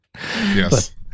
Yes